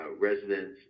residents